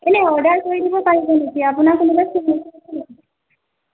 ইনেই অৰ্ডাৰ কৰি দিব পাৰিব নেকি আপোনাৰ কোনোবা চিনাকী আছে নেকি